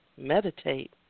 meditate